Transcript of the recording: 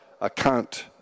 account